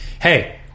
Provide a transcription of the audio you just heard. hey